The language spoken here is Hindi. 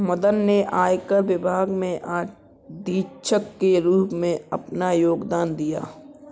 मदन ने आयकर विभाग में अधीक्षक के रूप में अपना योगदान दिया